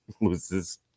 loses